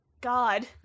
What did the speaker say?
God